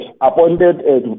appointed